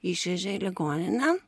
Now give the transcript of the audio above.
išvežė į ligoninę